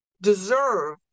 deserve